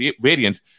variants